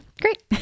great